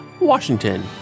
Washington